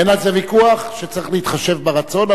אין על זה ויכוח שצריך להתחשב ברצון,